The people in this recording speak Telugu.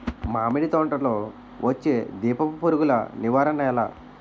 మామిడి తోటలో వచ్చే దీపపు పురుగుల నివారణ ఎలా?